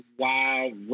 wild